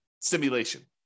simulation